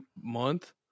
month